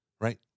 right